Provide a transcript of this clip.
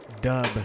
dub